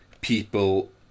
people